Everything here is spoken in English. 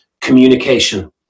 communication